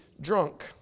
drunk